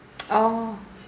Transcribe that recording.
oh